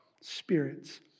spirits